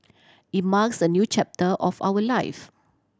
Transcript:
it marks a new chapter of our life